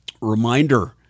Reminder